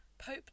Pope